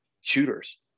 shooters